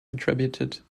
attributed